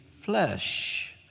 flesh